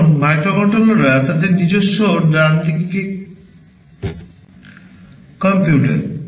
এখন মাইক্রোকন্ট্রোলাররা তাদের নিজস্বতায় কম্পিউটার